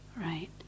Right